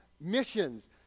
missions